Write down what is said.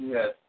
Yes